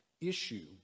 issue